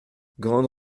grande